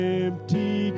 empty